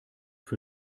für